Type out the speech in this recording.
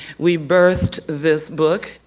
we birthed this book.